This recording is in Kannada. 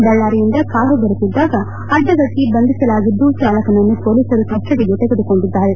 ಬಳ್ದಾರಿಯಿಂದ ಕಾರು ಬರುತ್ತಿದ್ದಾಗ ಅಡ್ಡಿಗಟ್ಟ ಬಂಧಿಸಲಾಗಿದ್ದು ಚಾಲಕನನ್ನು ಪೊಲೀಸರು ಕಸ್ವಡಿಗೆ ತೆಗೆದುಕೊಂಡಿದ್ದಾರೆ